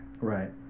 Right